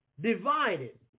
divided